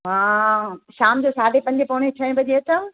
मां शाम जो साढे पंजे बजे पोणे छहें बजे अचांव